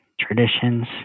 traditions